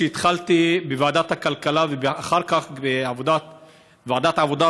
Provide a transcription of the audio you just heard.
התחלתי בוועדת הכלכלה ואחר כך בוועדת העבודה,